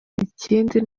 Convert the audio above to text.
ikindi